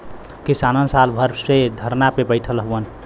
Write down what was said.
किसान साल भर से धरना पे बैठल हउवन